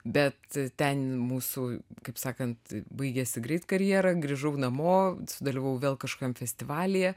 bet ten mūsų kaip sakant baigėsi greit karjera grįžau namo sudalyvavau vėl kažkokiam festivalyje